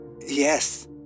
Yes